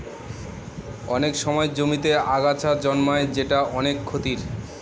অনেক সময় জমিতে আগাছা জন্মায় যেটা অনেক ক্ষতির